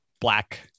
black